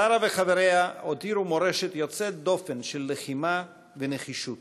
שרה וחבריה הותירו מורשת יוצאת דופן של לחימה ונחישות.